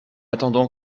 attendant